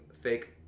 fake